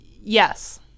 Yes